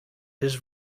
his